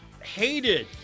hated